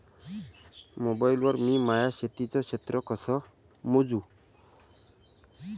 Mobile वर मी माया शेतीचं क्षेत्र कस मोजू?